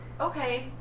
Okay